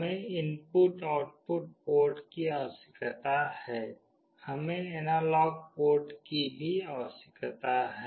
हमें input output port की आवश्यकता है हमें एनालॉग पोर्ट की भी आवश्यकता है